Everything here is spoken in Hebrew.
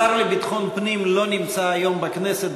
השר לביטחון פנים לא נמצא היום בכנסת.